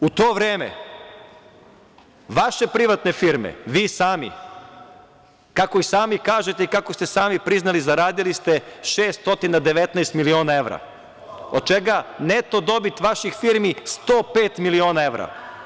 U to vreme vaše privatne firme, vi sami, kako i sami kažete i kako ste sami priznali, zaradili ste 619 miliona evra, od čega je neto dobit vaših firmi 105 miliona evra.